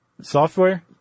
software